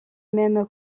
même